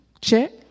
Check